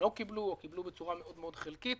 לא קיבלו או בצורה חלקית.